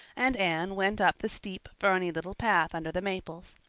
and anne went up the steep, ferny little path under the maples.